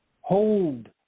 Hold